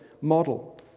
model